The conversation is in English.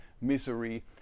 misery